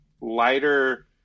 lighter